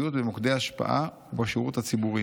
וחרדיות במוקדי השפעה ובשירות הציבורי.